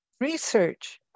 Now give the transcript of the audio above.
research